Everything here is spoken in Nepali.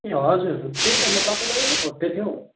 ए हजुर त्यही त म तपाईँलाई खोज्दै थिएँ हौ